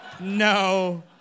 no